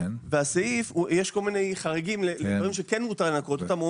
יש כל מיני חריגים לדברים שכן מותר לנכות אותם,